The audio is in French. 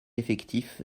effectif